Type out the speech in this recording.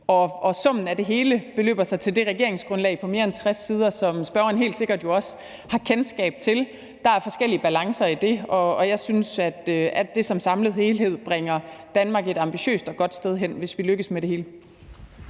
og summen af det hele beløber sig til det regeringsgrundlag på mere end 60 sider, som spørgeren jo helt sikkert også har kendskab til. Der er forskellige balancer i det, og jeg synes, at det som en samlet helhed bringer Danmark et ambitiøst og godt sted hen, hvis vi lykkes med det hele.